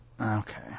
Okay